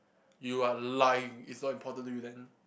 you are lying it's not important to you then